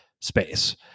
space